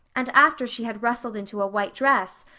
and after she had rustled into a white dress,